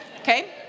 Okay